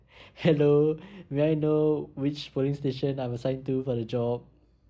hello may I know which polling station I'm assigned to for the job